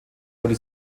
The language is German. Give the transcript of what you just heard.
wurde